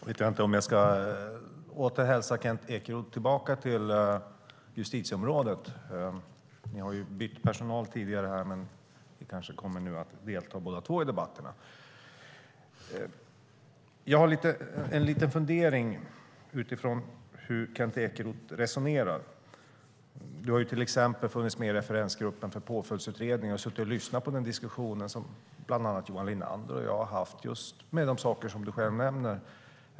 Herr talman! Jag vet inte om jag ska hälsa Kent Ekeroth välkommen tillbaka till justitieområdet. Ni har bytt personal tidigare, men nu kanske ni kommer att delta i debatterna båda två. Jag har en liten fundering om hur Kent Ekeroth resonerar. Du har till exempel funnits med i referensgruppen för Påföljdsutredningen och suttit och lyssnat på den diskussion som bland annat Johan Linander och jag fört om de saker som du själv nämner.